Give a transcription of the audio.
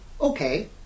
Okay